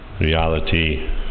reality